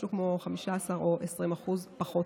משהו כמו 15% או 20% פחות.